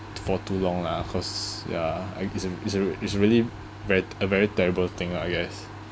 for too long lah cause ya I it's a it's a it's really ve~ a very terrible thing lah I guess